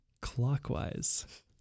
Clockwise